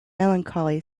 melancholy